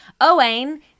Owain